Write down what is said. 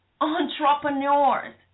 entrepreneurs